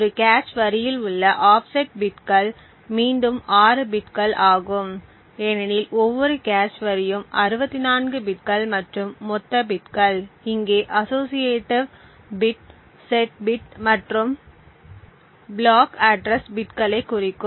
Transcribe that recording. ஒரு கேச் வரியில் உள்ள ஆஃப்செட் பிட்கள் மீண்டும் 6 பிட்கள் ஆகும் ஏனெனில் ஒவ்வொரு கேச் வரியும் 64 பிட்கள் மற்றும் மொத்த பிட்கள் இங்கே அஸோஸியேடிவ் பிட் செட் பிட் மற்றும் பிளாக் அட்ரஸ் பிட்களைக் குறிக்கும்